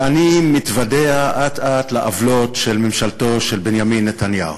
ואני מתוודע אט-אט לעוולות של ממשלתו של בנימין נתניהו.